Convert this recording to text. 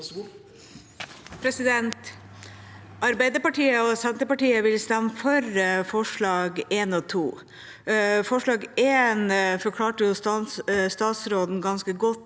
Arbeiderpartiet og Senterpartiet vil stemme for forslagene nr. 1 og 2. Forslag nr. 1 forklarte statsråden ganske godt